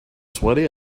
sweaty